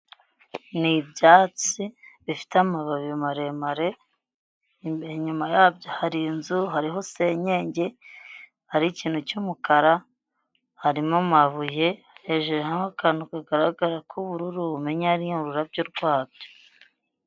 Ni ibyatsi bifite amababi maremare imbere, inyuma yabyo hari inzu hariho senyenge hariho ikintu cy'umukara, harimo amabuye hejuru nk'akantu kagaragara k'ubururu umenya ari ururabyo rwabyo.